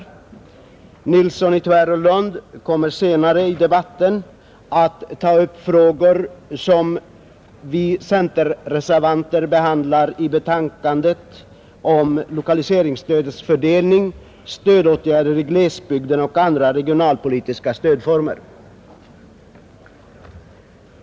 Herr Nilsson i Tvärålund kommer senare i debatten att ta upp frågor som vi centerreservanter behandlar i betänkandet om lokaliseringsstödets fördelning, stödåtgärder i glesbygder och andra regionalpolitiska stödformer.